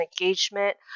engagement